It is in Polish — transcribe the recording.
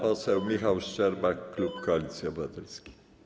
Pan poseł Michał Szczerba, klub Koalicji Obywatelskiej.